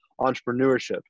entrepreneurship